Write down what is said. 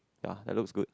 ya that looks good